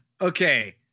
Okay